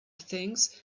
things